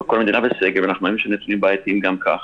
כל המדינה בסגר ואנחנו מאמינים שהנתונים בעייתיים גם כך,